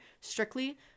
strictly